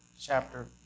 chapter